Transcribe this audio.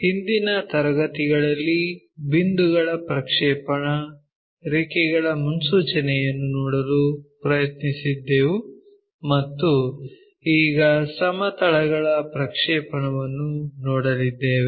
ಹಿಂದಿನ ತರಗತಿಗಳಲ್ಲಿ ಬಿಂದುಗಳ ಪ್ರಕ್ಷೇಪಣ ರೇಖೆಗಳ ಮುನ್ಸೂಚನೆಯನ್ನು ನೋಡಲು ಪ್ರಯತ್ನಿಸಿದ್ದೆವು ಮತ್ತು ಈಗ ಸಮತಲಗಳ ಪ್ರಕ್ಷೇಪಣವನ್ನು ನೋಡಲಿದ್ದೇವೆ